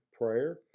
prayer